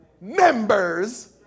members